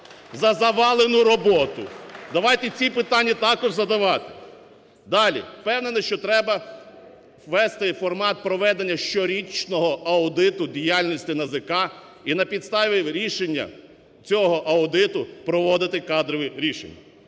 за завалену роботу. Давайте ці питання також задавати. Далі, впевнений, що треба ввести формат проведення щорічного аудиту діяльності НАЗК і на підставі рішення цього аудиту проводити кадрові рішення.